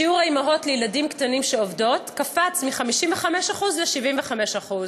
שיעור האימהות לילדים קטנים שעובדות קפץ מ-55% ל-75%.